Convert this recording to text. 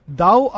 thou